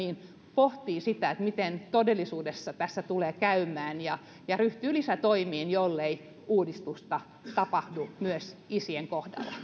pohtii miten todellisuudessa tässä tulee käymään ja ja ryhtyy lisätoimiin jollei uudistusta tapahdu myös isien kohdalla